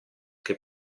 che